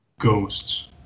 ghosts